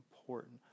important